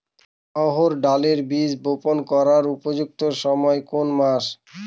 অড়হড় ডালের বীজ বপন করার উপযুক্ত সময় কোন কোন মাস?